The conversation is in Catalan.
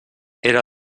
era